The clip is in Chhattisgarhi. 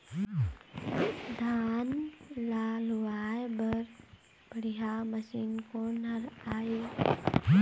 धान ला लुआय बर बढ़िया मशीन कोन हर आइ?